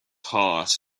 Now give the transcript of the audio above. heart